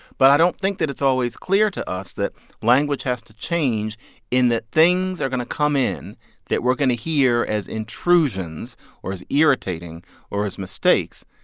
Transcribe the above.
but i don't think that it's always clear to us that language has to change in that things are going to come in that we're going to hear as intrusions or as irritating or as mistakes,